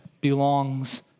belongs